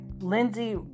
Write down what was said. Lindsey